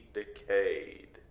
decayed